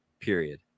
period